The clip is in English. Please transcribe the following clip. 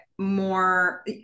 more